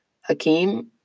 Hakeem